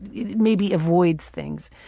it maybe avoids things.